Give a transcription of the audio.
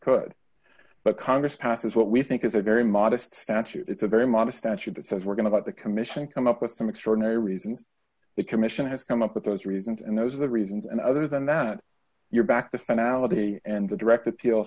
could but congress passes what we think is a very modest statute it's a very modest statute that says we're going to let the commission come up with some extraordinary reason the commission has come up with those reasons and those are the reasons and other than that you're back to spend ality and the direct appeal